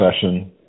session